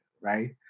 right